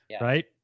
Right